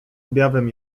objawem